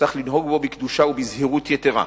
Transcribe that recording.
צריך לנהוג בו בקדושה ובזהירות יתירה.